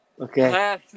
Okay